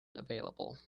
available